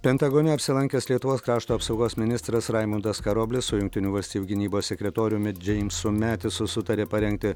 pentagone apsilankęs lietuvos krašto apsaugos ministras raimundas karoblis su jungtinių valstijų gynybos sekretoriumi džeimsu metisu sutarė parengti